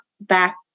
back